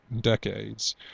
decades